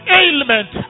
ailment